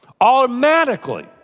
automatically